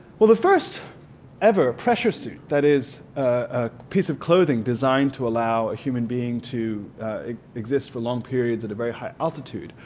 well the first ever pressure suit, that is a piece of clothing designed to allow a human being to exist for long periods at a very high altitude,